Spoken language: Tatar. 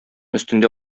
өстендә